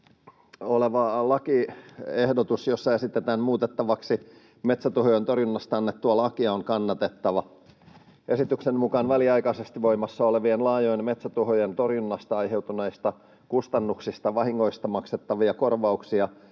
oleva lakiehdotus, jossa esitetään muutettavaksi metsätuhojen torjunnasta annettua lakia, on kannatettava. Esityksen mukaan väliaikaisesti voimassa olevia laajojen metsätuhojen torjunnasta aiheutuneista kustannuksista ja vahingoista maksettavia korvauksia